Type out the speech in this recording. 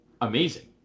amazing